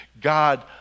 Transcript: God